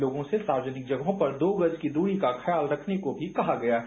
लोगों से सार्वजनिक जगहों पर दो गज की दूरी का ख्याल रखने को भी कहा गया है